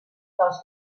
dels